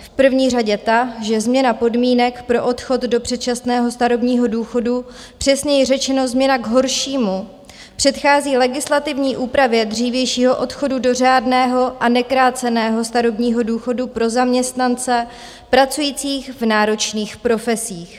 V první řadě ta, že změna podmínek pro odchod do předčasného starobního důchodu, přesněji řečeno změna k horšímu, předchází legislativní úpravě dřívějšího odchodu do řádného a nekráceného starobního důchodu pro zaměstnance pracující v náročných profesích.